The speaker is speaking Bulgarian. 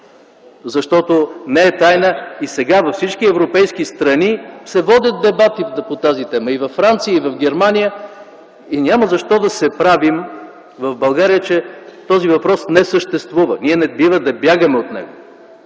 Защото не е тайна, че и сега във всички европейски страни се водят дебати по тази тема – и във Франция, и в Германия, и няма защо да се правим в България, че този въпрос не съществува. Ние не бива да бягаме от него,